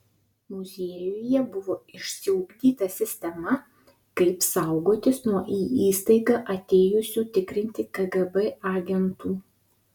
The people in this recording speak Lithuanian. muziejuje buvo išsiugdyta sistema kaip saugotis nuo į įstaigą atėjusių tikrinti kgb agentų